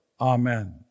Amen